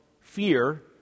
Fear